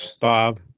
Bob